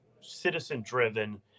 citizen-driven